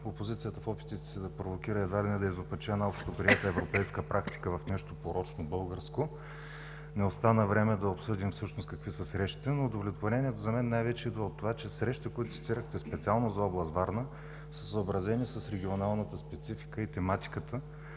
опозицията в опитите си да провокира, едва ли не да изопачи една общоприета европейска практика в нещо порочно българско, не остана време да обсъдим всъщност какви са срещите. Но удовлетворението за мен най-вече идва от това, че срещите, които цитирахте, специално за област Варна, са съобразени с регионалната специфика и тематиката.